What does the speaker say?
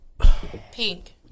Pink